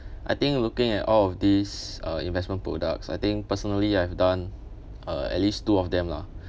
I think looking at all of these uh investment products I think personally I've done uh at least two of them lah